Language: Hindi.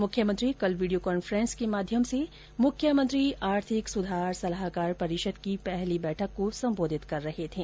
मुख्यमंत्री कल वीडियो कॉन्फ्रेंस के माध्यम से मुख्यमंत्री आर्थिक सुधार सलाहकार परिषद की पहली बैठक को संबोधित कर रहे थे